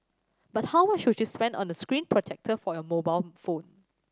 but how much would you spend on the screen protector for your mobile phone